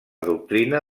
doctrina